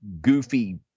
goofy